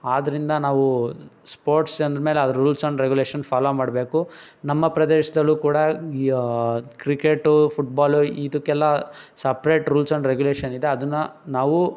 ಆದ್ದರಿಂದ ನಾವು ಸ್ಪೋರ್ಟ್ಸ್ ಎಂದ ಮೇಲೆ ಅದ್ರ ರೂಲ್ಸ್ ಆ್ಯಂಡ್ ರೆಗ್ಯುಲೇಷನ್ ಫಾಲೋ ಮಾಡಬೇಕು ನಮ್ಮ ಪ್ರದೇಶದಲ್ಲೂ ಕೂಡ ಈ ಕ್ರಿಕೆಟು ಫುಟ್ಬಾಲು ಇದಕ್ಕೆಲ್ಲ ಸಪ್ರೇಟ್ ರೂಲ್ಸ್ ಆ್ಯಂಡ್ ರೆಗ್ಯುಲೇಷನ್ ಇದೆ ಅದನ್ನು ನಾವು